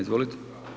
Izvolite.